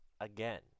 Again